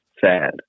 sad